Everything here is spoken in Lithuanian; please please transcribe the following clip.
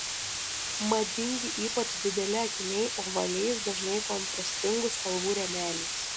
madingi ypač dideli akiniai ovaliais dažnai kontrastingų spalvų rėmeliais